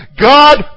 God